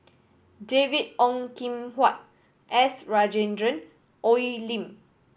David Ong Kim Huat S Rajendran Oi Lin